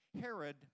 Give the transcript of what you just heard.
Herod